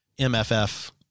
MFF